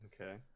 Okay